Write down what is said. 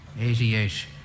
88